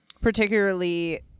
particularly